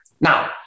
Now